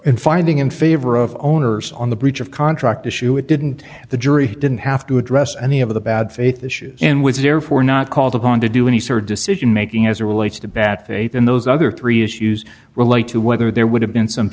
in finding in favor of owners on the breach of contract issue it didn't the jury didn't have to address any of the bad faith issues in which they're for not called upon to do any sort of decision making as relates to bat faith in those other three issues relate to whether there would have been some